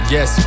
Yes